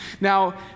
Now